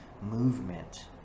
movement